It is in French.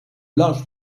larges